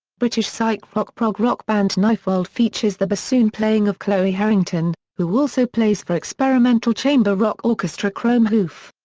british psych rock prog rock band knifeworld features the bassoon playing of chloe herrington, who also plays for experimental chamber rock orchestra chrome hoof.